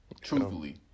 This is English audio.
truthfully